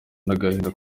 n’agahinda